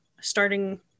starting